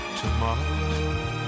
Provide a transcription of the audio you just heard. tomorrow